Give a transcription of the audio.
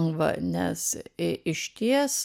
va nes išties